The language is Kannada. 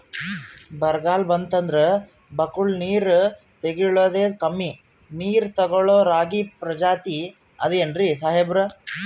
ಬರ್ಗಾಲ್ ಬಂತಂದ್ರ ಬಕ್ಕುಳ ನೀರ್ ತೆಗಳೋದೆ, ಕಮ್ಮಿ ನೀರ್ ತೆಗಳೋ ರಾಗಿ ಪ್ರಜಾತಿ ಆದ್ ಏನ್ರಿ ಸಾಹೇಬ್ರ?